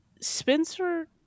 Spencer